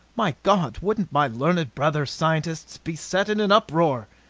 my god! wouldn't my learned brother scientists be set in an uproar!